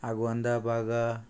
Agonda Baga